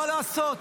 מה לעשות,